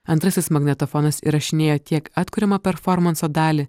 antrasis magnetofonas įrašinėjo tiek atkuriamą performanso dalį